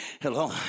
Hello